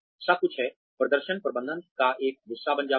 सब कुछ है प्रदर्शन प्रबंधन का एक हिस्सा बन जाता है